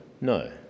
No